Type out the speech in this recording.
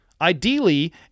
Ideally